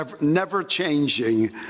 never-changing